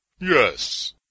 Yes